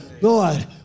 Lord